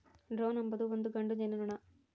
drone ಅಂಬೊದು ಒಂದು ಗಂಡು ಜೇನುನೊಣ